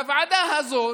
הוועדה הזאת,